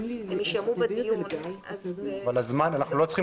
הן יישמעו בדיון --- אבל אנחנו לא צריכים